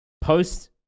post